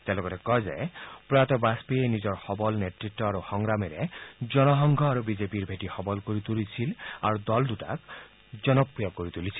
তেওঁ লগতে কয় যে প্ৰয়াত বাজপেয়ীয়ে নিজৰ সবল নেতত্ আৰু সংগ্ৰামেৰে জনসংঘ আৰু বিজেপিৰ ভেটি সবল কৰি তুলিছিল আৰু দল দুটাক জনপ্ৰিয় কৰি তুলিছিল